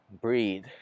breathe